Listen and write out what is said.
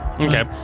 Okay